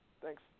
Thanks